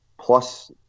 Plus